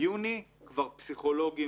ביוני כבר פסיכולוגים,